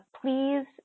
please